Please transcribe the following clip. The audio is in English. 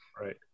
right